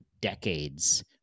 decades